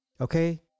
Okay